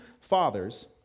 fathers